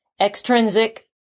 Extrinsic